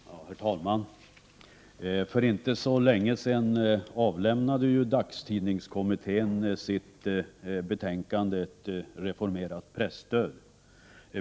Herr talman! För inte så länge sedan avlämnade dagstidningskommittén sitt betänkande om ett ”Reformerat presstöd”.